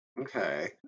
Okay